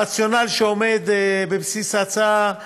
הרציונל שעומד בבסיס ההצעה הוא